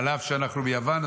אף שאנחנו ביוון?